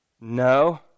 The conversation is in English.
No